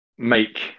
make